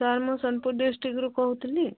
sir ମୁଁ Sonepur district ରୁ କହୁଥିଲି